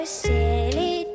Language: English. silly